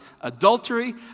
adultery